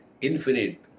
infinite